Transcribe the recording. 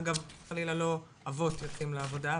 אגב חלילה לא אבות יוצאים לעבודה,